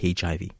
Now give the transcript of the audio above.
HIV